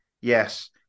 Yes